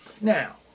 Now